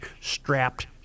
strapped